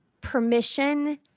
permission